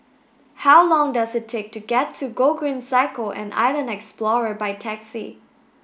how long does it take to get to Gogreen Cycle and Island Explorer by taxi